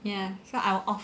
ya so I'll off